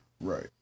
Right